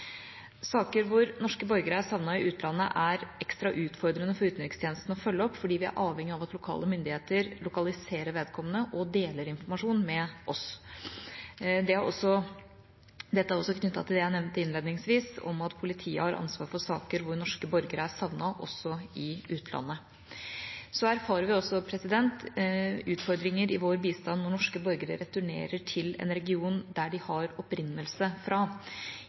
Saker hvor norske borgere er savnet i utlandet, er ekstra utfordrende for utenrikstjenesten å følge opp fordi vi er avhengig av at lokale myndigheter lokaliserer vedkommende og deler informasjon med oss. Dette er også knyttet til det jeg nevnte innledningsvis, at politiet også har ansvar for saker hvor norske borgere er savnet i utlandet. Så erfarer vi også utfordringer i vår bistand når norske borgere returnerer til en region de har opprinnelse fra.